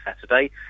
Saturday